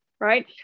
right